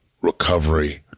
recovery